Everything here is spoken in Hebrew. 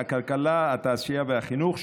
הכלכלה והתעשייה והחינוך,